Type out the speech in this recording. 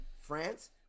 France